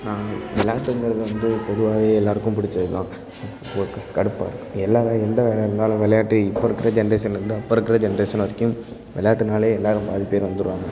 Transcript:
நாங்கள் விள்ளாட்டுங்கறது வந்து பொதுவாவே எல்லாருக்கும் பிடித்தது தான் கடுப்பாக இருக்கும் எல்லா வேலை எந்த வேலையாக இருந்தாலும் விளையாட்டு இப்போ இருக்கிற ஜென்ரேஷனுக்கு தான் அப்போ இருக்கிற ஜென்ரேஷன் வரைக்கும் விளையாட்டுன்னாலே எல்லோரும் பாதிப்பேர் வந்துடுவாங்க